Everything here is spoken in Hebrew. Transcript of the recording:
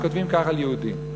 שכותבים כך על יהודים.